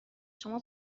شما